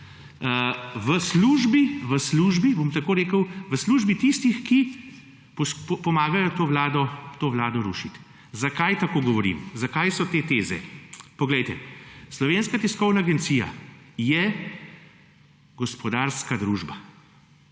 v službi tistih, ki pomagajo to Vlado rušiti. Zakaj tako govorim, zakaj so te teze? Poglejte, Slovenska tiskovna agencija je gospodarska družba